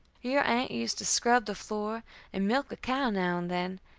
your aunt used to scrub the floor and milk a cow now and then,